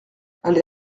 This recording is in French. allée